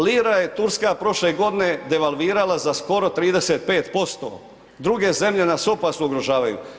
Lira je turska prošle godine devalvirala za skoro 35%, druge zemlje nas opasno ugrožavaju.